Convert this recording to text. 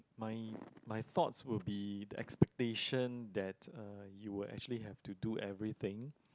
my my thoughts will be the expectation that uh you will actually have to do everything